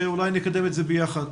ואולי נקדם את זה ביחד,